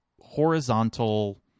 horizontal